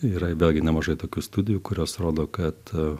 yra vėlgi nemažai tokių studijų kurios rodo kad